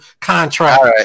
contract